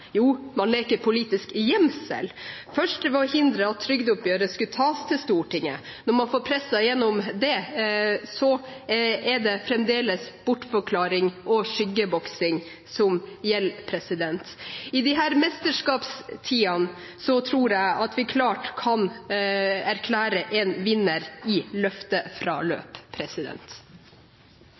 Jo, man leker politisk gjemsel – først ved å hindre at trygdeoppgjøret skulle tas til Stortinget, og når man får presset gjennom det, er det fremdeles bortforklaring og skyggeboksing som gjelder. I disse mesterskapstider tror jeg at vi klart kan erklære en vinner i